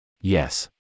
Yes